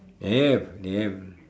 have they have